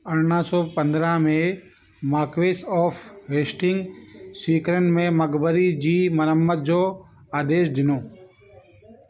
अरिड़हं सौ पंद्राहं में मार्क्वेस ऑफ हेस्टिंग्स सीकरीअ में मक़बरी जी मरम्मत जो आदेश ॾिनो